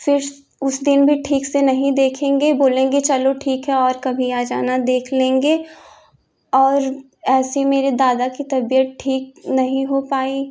फिर उस दिन भी ठीक से नहीं देखेंगे बोलेंगे चलो ठीक है और कभी आ जाना देख लेंगे और ऐसे मेरे दादा की तबियत ठीक नहीं हो पाई